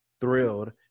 thrilled